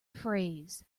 phrase